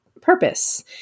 purpose